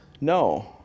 no